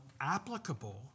applicable